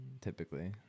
typically